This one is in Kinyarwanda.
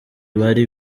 bari